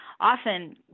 often